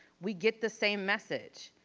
we get the same message.